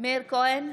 מאיר כהן,